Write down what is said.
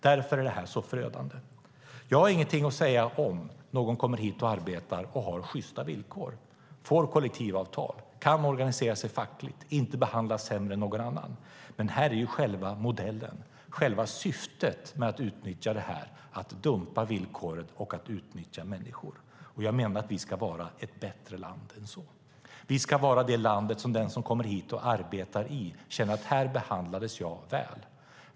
Därför är detta så förödande. Jag har inget att säga om någon kommer hit och arbetar och har sjysta villkor, får kollektivavtal, kan organisera sig fackligt och inte behandlas sämre än någon annan. Här är dock själva modellen, själva syftet med att utnyttja detta att dumpa villkoren och att utnyttja människor. Jag menar att vi ska vara ett bättre land än så. Vi ska vara ett land där den som kommer hit och arbetar känner: Här behandlas jag väl.